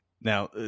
now